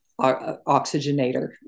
oxygenator